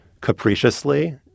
capriciously